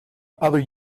other